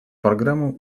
программам